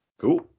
Cool